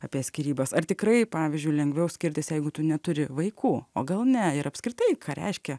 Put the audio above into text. apie skyrybas ar tikrai pavyzdžiui lengviau skirtis jeigu tu neturi vaikų o gal ne ir apskritai ką reiškia